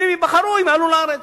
אם הם ייבחרו, הם יעלו לארץ.